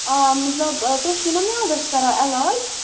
آ مطلب تُہۍ چھُو نا میٛادَس کَران علاج